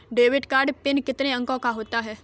Debit card pin कितने अंकों का होता है?